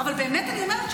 אבל באמת אני אומרת,